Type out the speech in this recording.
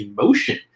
emotion